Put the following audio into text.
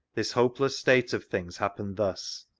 this hopeless state of things happened thus